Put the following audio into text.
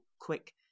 quick